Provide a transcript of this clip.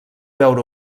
veure